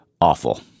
awful